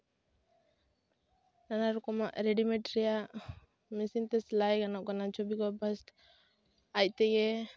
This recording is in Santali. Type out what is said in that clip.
ᱱᱟᱱᱟ ᱨᱚᱠᱚᱢᱟᱜ ᱨᱮᱰᱤᱢᱮᱴ ᱨᱮᱭᱟᱜ ᱢᱮᱥᱤᱱᱛᱮ ᱥᱮᱞᱟᱭ ᱜᱟᱱᱚᱜ ᱠᱟᱱᱟ ᱪᱷᱚᱵᱤ ᱠᱚ ᱵᱟᱥᱴ ᱟᱡᱛᱮᱜᱮ